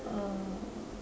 uh